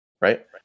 right